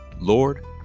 Lord